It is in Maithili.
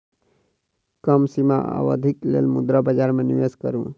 कम सीमा अवधिक लेल मुद्रा बजार में निवेश करू